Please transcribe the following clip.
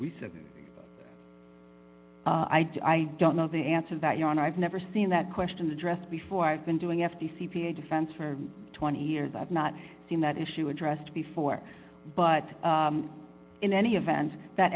recently i don't know the answer that you're on i've never seen that questions addressed before i've been doing f t c p a defense for twenty years i've not seen that issue addressed before but in any event that